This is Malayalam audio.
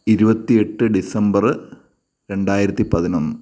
ഇരുപത്തി എട്ട് ഡിസംബറ് രണ്ടായിരത്തി പതിനൊന്ന്